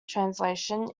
translation